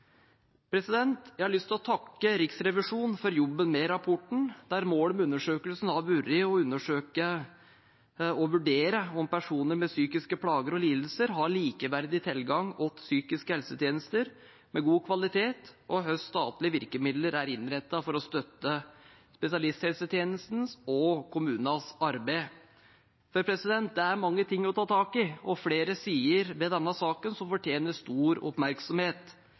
Jeg har lyst til å takke Riksrevisjonen for jobben med rapporten, der målet med undersøkelsen har vært å vurdere om personer med psykiske plager og lidelser har likeverdig tilgang til psykiske helsetjenester med god kvalitet, og hvordan statlige virkemidler er innrettet for å støtte spesialisthelsetjenestens og kommunenes arbeid. For det er mange ting å ta tak i og flere sider ved denne saken som fortjener stor oppmerksomhet.